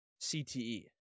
CTE